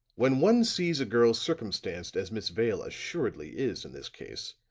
when one sees a girl circumstanced as miss vale assuredly is in this case,